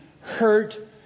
hurt